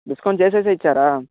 discount చేసేసే ఇచ్చారా